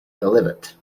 delivered